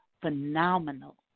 phenomenal